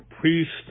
priest